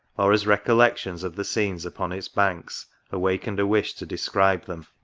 or as recollections of the scenes upon its banks awakened a wish to describe them.